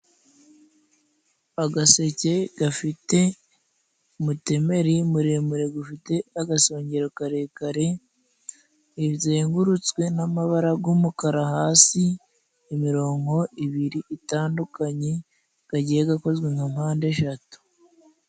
Agaseke gafite umutemeri muremure gufite agasongero karekare, izengurutswe n'amabara g'umukara, hasi imironko ibiri itandukanye kagiye gakozwe nka mpande eshatu.